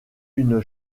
une